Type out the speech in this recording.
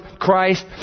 Christ